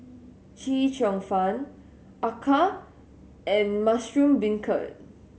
Chee Cheong Fun acar and mushroom beancurd